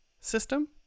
system